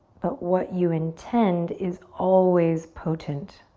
but what you intend is always potent.